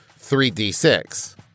3d6